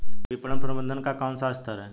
विपणन प्रबंधन का कौन सा स्तर है?